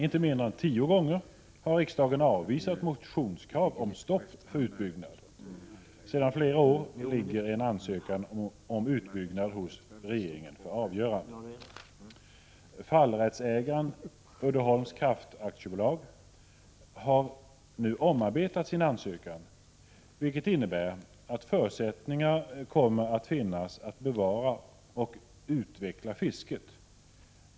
Inte mindre än tio gånger har riksdagen avvisat motionskrav om stopp för utbyggnad. Sedan flera år ligger en ansökan om utbyggnad hos regeringen för avgörande. Fallrättsägaren, Uddeholm Kraft AB, har nu omarbetat sin ansökan, vilket innebär att förutsättningar att bevara och utveckla fisket kommer att finnas.